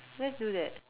let's do that